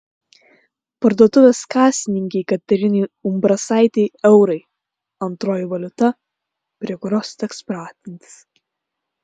parduotuvės kasininkei katerinai umbrasaitei eurai antroji valiuta prie kurios teks pratintis